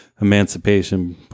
Emancipation